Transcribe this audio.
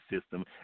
system